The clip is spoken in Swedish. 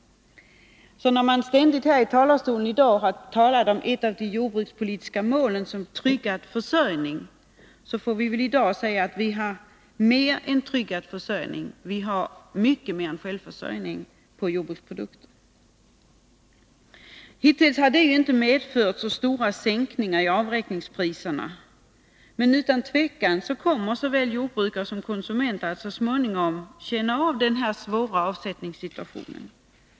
Man har här i talarstolen i dag ständigt talat om att ett av de jordbrukspolitiska målen skulle vara en tryggad försörjning. Men vi måste väl erkänna att vi nu har en mer än tryggad försörjning — mer än självförsörjning — i fråga om jordbruksprodukter. Hittills har detta inte medfört så stora sänkningar av avräkningspriserna. Men utan tvivel kommer såväl jordbrukare som konsumenter att så småningom få känna av den svåra avsättningssituationen.